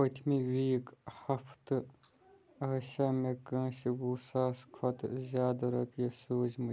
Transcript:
پٔتۍمہِ ویٖک ہفتہٕ ٲسیٛا مےٚ کٲنٛسہِ وُہ ساس کھۄتہٕ زِیٛادٕ رۄپیہِ سوٗزمٕتۍ